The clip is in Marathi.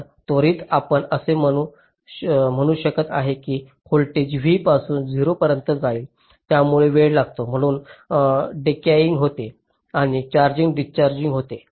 तर त्वरित आपण असे म्हणू शकत नाही की व्होल्टेज v पासून 0 पर्यंत जाईल यामुळे वेळ लागतो म्हणूनच डेकॅयिंग होतो आणि चार्जिंग डिस्चार्जिंग होते